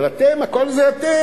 אבל אתם, הכול זה אתם.